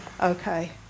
okay